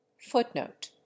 Footnote